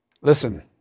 Listen